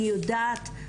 אני יודעת,